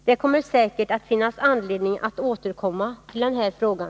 Det kommer säkert att finnas anledning att återkomma till den här frågan.